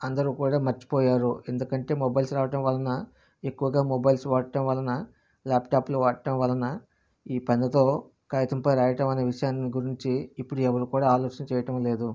అందరూ కూడా మర్చిపోయారు ఎందుకంటే మొబైల్స్ రావటం వలన ఎక్కువగా మొబైల్స్ వాడటం వలన ల్యాప్ట్యాప్లు వాటం వలన ఈ పెన్ తో కాగితంపై రాయటం అనే విషయాన్ని గురించి ఇప్పుడు ఎవ్వరు కూడా ఆలోచన చేయటం లేదు